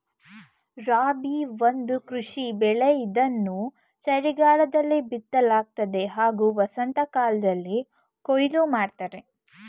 ರಾಬಿ ಒಂದು ಕೃಷಿ ಬೆಳೆ ಇದನ್ನು ಚಳಿಗಾಲದಲ್ಲಿ ಬಿತ್ತಲಾಗ್ತದೆ ಹಾಗೂ ವಸಂತಕಾಲ್ದಲ್ಲಿ ಕೊಯ್ಲು ಮಾಡ್ತರೆ